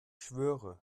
schwöre